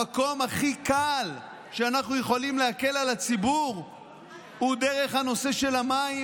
המקום הכי קל שאנחנו יכולים להקל בו על הציבור הוא דרך הנושא של המים,